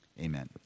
amen